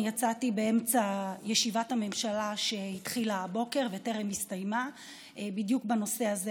יצאתי באמצע ישיבת הממשלה שהתחילה הבוקר וטרם הסתיימה בדיוק בנושא הזה,